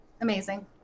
Amazing